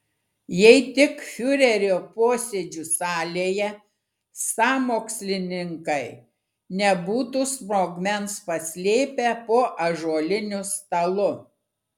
jei tik fiurerio posėdžių salėje sąmokslininkai nebūtų sprogmens paslėpę po ąžuoliniu stalu